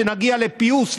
שנגיע לפיוס,